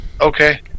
Okay